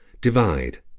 Divide